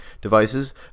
devices